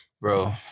Bro